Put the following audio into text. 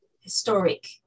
historic